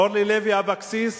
אורלי לוי אבקסיס